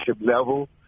level